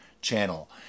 channel